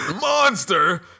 Monster